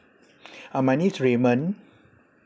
uh my name is raymond